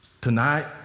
Tonight